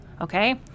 okay